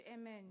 Amen